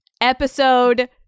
episode